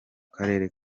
karere